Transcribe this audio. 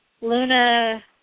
Luna